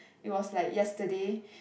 it was like yesterday